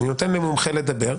אני נותן למומחה לדבר,